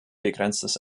begrenztes